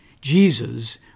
Jesus